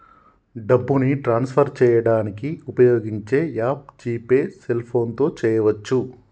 డబ్బుని ట్రాన్స్ఫర్ చేయడానికి ఉపయోగించే యాప్ జీ పే సెల్ఫోన్తో చేయవచ్చు